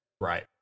Right